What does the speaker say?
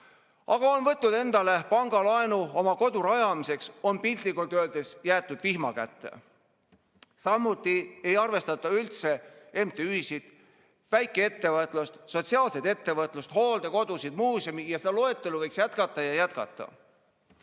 on võtnud endale pangalaenu oma kodu rajamiseks ja on piltlikult öeldes jäetud vihma kätte. Samuti ei arvestata üldse MTÜ-sid, väikeettevõtlust, sotsiaalset ettevõtlust, hooldekodusid, muuseume – seda loetelu võiks jätkata ja jätkata.